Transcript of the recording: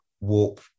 warp